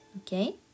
Okay